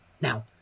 Now